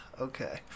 okay